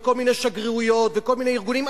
וכל מיני שגרירויות וכל מיני ארגונים,